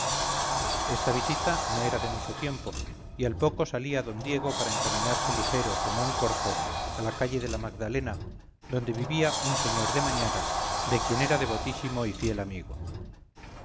esta visita no era de mucho tiempo y al poco rato salía d diego para encaminarse ligero como un corzo a la calle de la magdalena donde vivía un señor de mañara de quien era devotísimo y fiel amigo